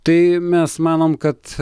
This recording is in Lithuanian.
tai mes manom kad